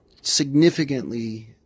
significantly